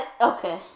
Okay